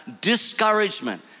discouragement